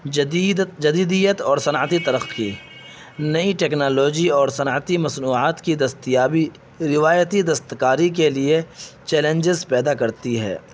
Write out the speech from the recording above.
جدید جدیدیت اور صنعتی ترقی نئی ٹکنالوجی اور صنعتی مصنوعات کی دستیابی روایتی دستکاری کے لیے چیلنجز پیدا کرتی ہے